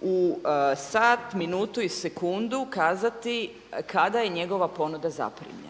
u sat, minutu i sekundu kazati kada je njegova ponuda zaprimljena.